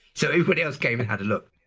so everybody else came and had a look.